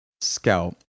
scalp